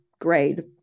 grade